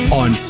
on